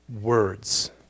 words